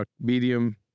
medium